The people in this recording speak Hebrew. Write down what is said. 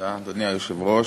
אדוני היושב-ראש,